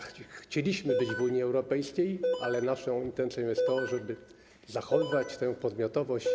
Chcieliśmy być w Unii Europejskiej, ale naszą intencją jest to, aby zachowywać podmiotowość.